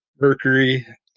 mercury